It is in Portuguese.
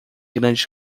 grandes